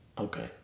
okay